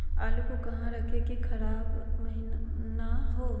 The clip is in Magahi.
आलू को कहां रखे की खराब महिना हो?